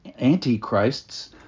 antichrists